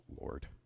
Lord